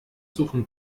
suchen